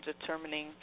determining